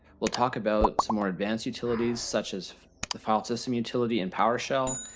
we'll talk about some more advanced utilities such as the file system utility and powershell,